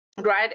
Right